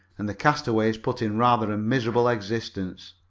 and the castaways put in rather a miserable existence.